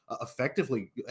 effectively